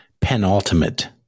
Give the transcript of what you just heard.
penultimate